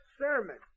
sermon